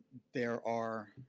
there are,